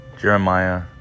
Jeremiah